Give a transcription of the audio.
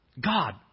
God